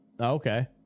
Okay